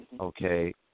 Okay